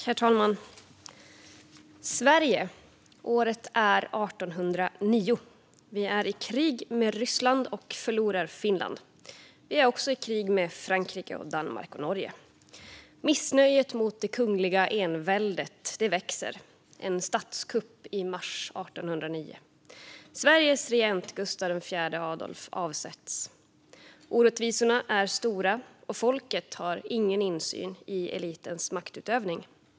Herr talman! Sverige - året är 1809. Vi är i krig med Ryssland och förlorar Finland. Vi är också i krig med Frankrike, Danmark och Norge. Missnöjet mot det kungliga enväldet växer. En statskupp sker i mars 1809. Sveriges regent Gustav IV Adolf avsätts. Orättvisorna är stora, och folket har ingen insyn i elitens maktutövning.